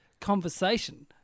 conversation